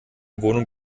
wohnung